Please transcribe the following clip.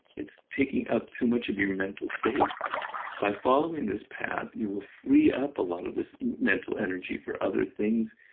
it's taking up too much of your mental space by following this path, you will free up a lot of this mental energy for other things.